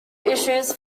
issues